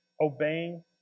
Obeying